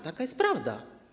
Taka jest prawda.